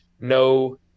no